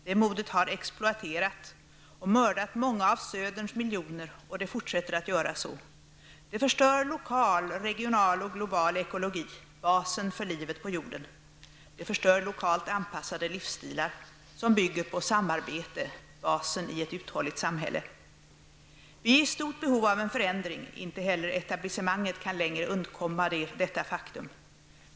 Det modet har exploaterat och mördat många av söderns miljoner och det fortsätter att göra så. Det förstör lokal, regional och global ekologi -- basen för livet på jorden. Det förstör lokalt anpassade livsstilar, som bygger på samarbete, basen i ett uthålligt samhälle. Vi är i stort behov av en förändring; inte heller etablissemanget kan längre undkomma detta faktum.